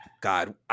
God